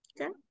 okay